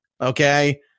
Okay